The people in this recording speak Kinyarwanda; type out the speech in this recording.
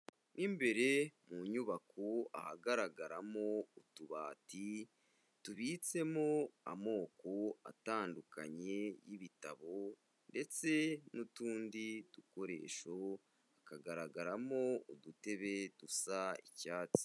Mu imbere mu nyubako ahagaragaramo utubati tubitsemo amoko atandukanye y'ibitabo, ndetse n'utundi dukoresho hakagaragaramo udutebe dusa icyatsi.